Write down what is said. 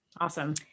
awesome